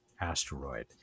Asteroid